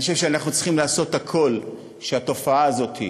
אני חושב שאנחנו צריכים לעשות הכול כדי שהתופעה הזאת,